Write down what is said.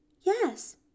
Yes